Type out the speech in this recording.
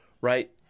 Right